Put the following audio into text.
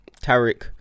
Tarek